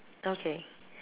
okay